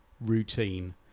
routine